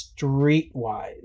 streetwise